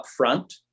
upfront